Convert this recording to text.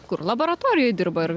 kur laboratorijoj dirba ar